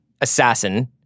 assassin